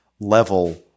Level